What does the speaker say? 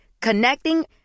Connecting